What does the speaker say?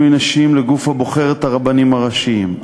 מינוי נשים לגוף הבוחר את הרבנים הראשיים,